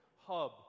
hub